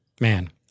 man